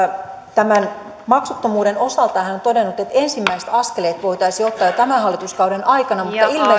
tämän maksuttomuuden osalta hän on todennut että ensimmäiset askeleet voitaisiin ottaa jo tämän hallituskauden aikana